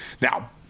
Now